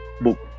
book